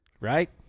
right